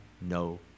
no